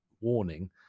warning